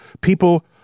people